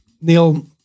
Neil